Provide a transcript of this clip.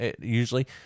usually